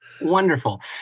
Wonderful